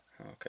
Okay